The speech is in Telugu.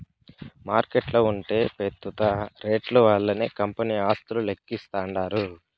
మార్కెట్ల ఉంటే పెస్తుత రేట్లు వల్లనే కంపెనీ ఆస్తులు లెక్కిస్తాండారు